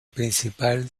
principal